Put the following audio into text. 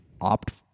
opt